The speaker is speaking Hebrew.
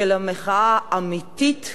של מחאה אמיתית,